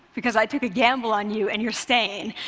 because i took a gamble on you, and you're staying.